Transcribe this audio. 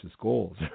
goals